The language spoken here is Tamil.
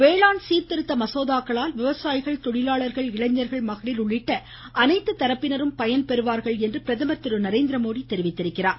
வேளாண் சீர்திருத்த மசோதாக்களால் விவசாயிகள் தொழிலாளர்கள் இளைஞர்கள் மகளிர் உள்ளிட்ட அனைத்து தரப்பினரும் பயன்பெறுவர் என்று பிரதமர் திரு நரேந்திரமோடி தெரிவித்துள்ளார்